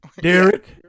Derek